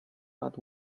but